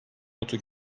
notu